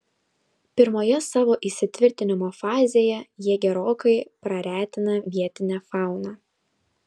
pirmoje savo įsitvirtinimo fazėje jie gerokai praretina vietinę fauną